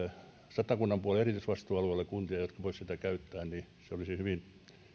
satakunnan puolella erityisvastuualueella kuntia jotka voisivat sitä käyttää niin se olisi hyvin